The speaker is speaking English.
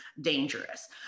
dangerous